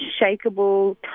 unshakable